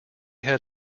had